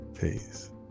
Peace